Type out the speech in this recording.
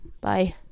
Bye